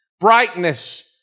brightness